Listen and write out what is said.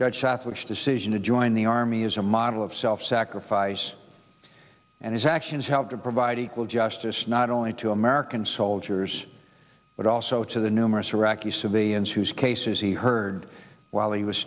judge south which decision to join the army as a model of self sacrifice and his actions helped to provide equal justice not only to american soldiers but also to the numerous iraqi civilians whose cases he heard while he was